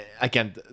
again